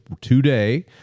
today